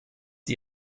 die